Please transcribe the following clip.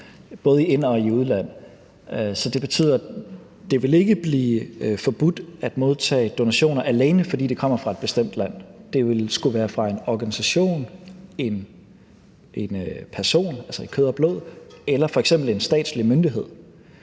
både i ind- og udland. Det betyder, at det ikke vil blive forbudt at modtage donationer, alene fordi de kommer fra et bestemt land. De vil skulle være fra en organisation, en person i kød og blod eller f.eks. en statslig myndighed.